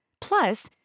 Plus